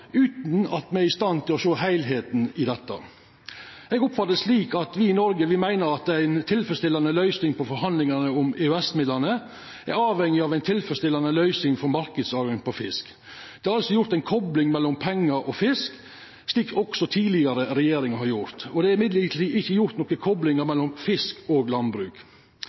utan at me er i stand til å sjå heilskapen i dette. Eg oppfattar det slik at me i Noreg meiner at ei tilfredsstillande løysing på forhandlingane om EØS-midlane er avhengig av ei tilfredsstillande løysing for marknadstilgangen for fisk. Det er altså gjort ei kopling mellom pengar og fisk, slik også tidlegare regjeringar har gjort, men det er ikkje gjort nokon koplingar mellom fisk og landbruk.